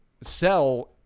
sell